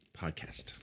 podcast